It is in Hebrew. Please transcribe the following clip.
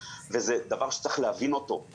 הם הביאו את זה ושמו את זה על השולחן,